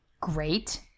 Great